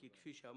כי כפי שאמרתי,